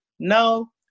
No